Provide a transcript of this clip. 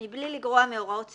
לייצר מגרש שהוא מגרש בשכבות,